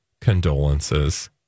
Condolences